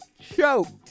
choked